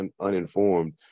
uninformed